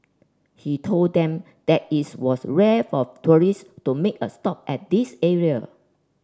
he told them that is was rare for tourist to make a stop at this area